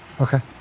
Okay